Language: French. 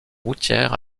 routières